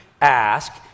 ask